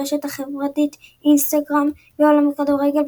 ברשת החברתית אינסטגרם גביע העולם בכדורגל,